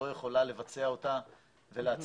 לא יכולה לבצע אותה ולהצליח.